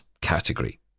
category